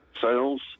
sales